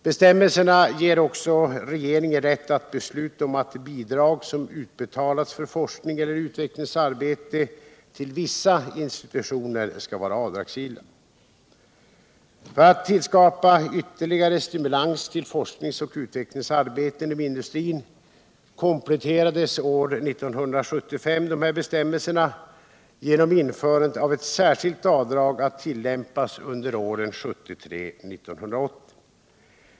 Bestämmelserna ger också regeringen rätt att besluta om att bidrag som utbetalats för forskning eller utvecklingsarbete till vissa institutioner skall vara avdragsgilla. För att tillskapa ytterligare stimulans till forskningsoch utvecklingsarbete inom industrin kompletterades dessa bestämmelser år 1975 genom införandet av ett särskilt avdrag, att tillämpas under åren 1973-1980.